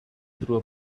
through